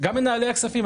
גם מנהלי הכספים.